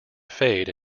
fade